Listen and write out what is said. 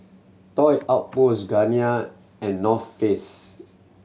Toy Outpost Garnier and North Face